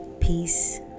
peace